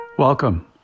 Welcome